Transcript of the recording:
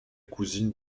cousine